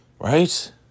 right